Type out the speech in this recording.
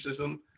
racism